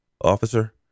officer